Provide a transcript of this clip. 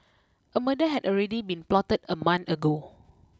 a murder had already been plotted a month ago